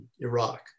Iraq